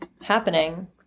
happening